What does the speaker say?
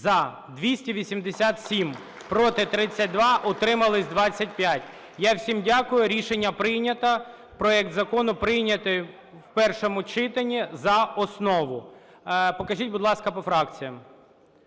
За-287 Проти – 32, утримались – 25 Я всім дякую, рішення прийнято. Проект Закону прийнятий в першому читанні за основу. Покажіть, будь ласка, по фракціям.